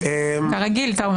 היום כ"ב באדר תשפ"ג.